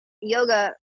yoga